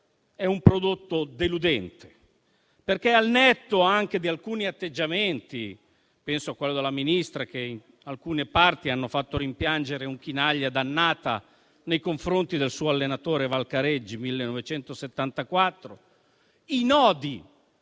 è un prodotto deludente, perché, al netto anche di alcuni atteggiamenti (penso a quello della Ministra che in alcune parti hanno fatto rimpiangere un Chinaglia d'annata nei confronti del suo allenatore Valcareggi nel 1974), i nodi